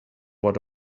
what